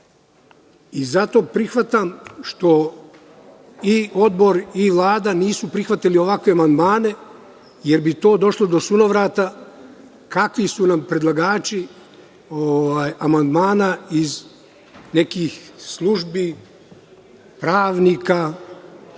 Zato prihvatam što odbor i Vlada nisu prihvatili ovakve amandmane, jer bi onda došlo do sunovrata, kakvi su nam predlagači amandmana iz nekih službi, pravnika.